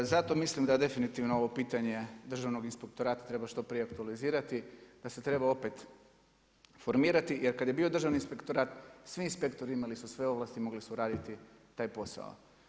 Zato mislim da definitivno ovo pitanje državnog inspektorata treba što prije aktualizirati, da se treba opet formirati jer kada je bio državni inspektorat svi inspektori imali su sve ovlasti, mogli su raditi taj posao.